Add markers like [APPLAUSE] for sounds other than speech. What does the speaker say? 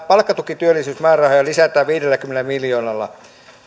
[UNINTELLIGIBLE] palkkatukityöllisyysmäärärahoja lisätään viidelläkymmenellä miljoonalla